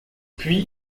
puis